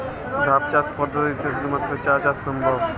ধাপ চাষ পদ্ধতিতে শুধুমাত্র চা চাষ সম্ভব?